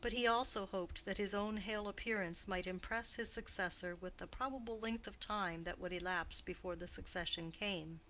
but he also hoped that his own hale appearance might impress his successor with the probable length of time that would elapse before the succession came,